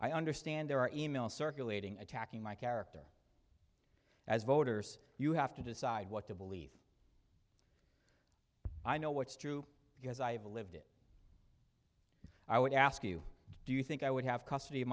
i understand there are e mail circulating attacking my character as voters you have to decide what to believe i know what's true because i have lived it and i would ask you do you think i would have custody of